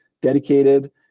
dedicated